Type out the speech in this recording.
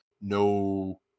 No